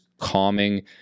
calming